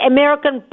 American